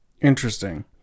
Interesting